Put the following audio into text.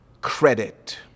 credit